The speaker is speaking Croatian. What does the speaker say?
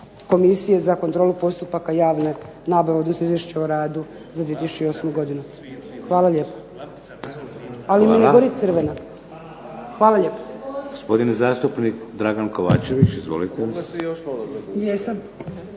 komisije za kontrolu postupaka javne nabave, odnosno izvješće o radu za 2008. godinu. Hvala lijepa. **Šeks, Vladimir